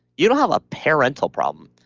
you don't have a parental problem.